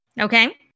Okay